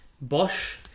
Bosch